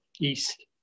east